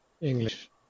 english